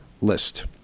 list